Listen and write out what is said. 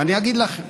ואני אגיד לכם: